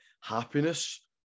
happiness